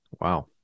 Wow